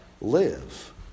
live